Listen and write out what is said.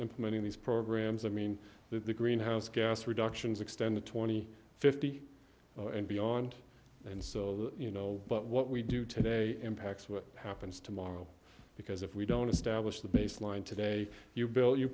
implementing these programs i mean with the greenhouse gas reductions extended twenty fifty and beyond and so you know but what we do today impacts what happens tomorrow because if we don't establish the baseline today you bill you